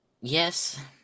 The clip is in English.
Yes